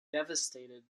devastated